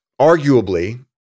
Arguably